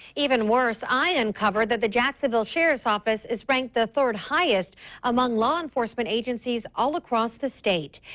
even worse i uncovered the the jacksonville sheriff's office is rank the third highest among law enforcement agencies all across the state.